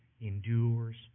endures